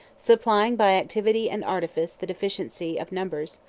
supplying by activity and artifice the deficiency of numbers,